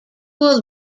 will